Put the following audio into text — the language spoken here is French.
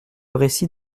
récit